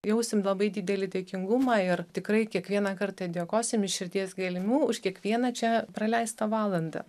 jausim labai didelį dėkingumą ir tikrai kiekvieną kartą dėkosim iš širdies gelmių už kiekvieną čia praleistą valandą